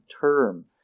term